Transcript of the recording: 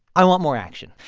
i want more action.